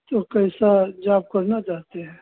तो कैसा जॉब करना चाहते हैं